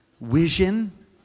Vision